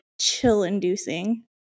chill-inducing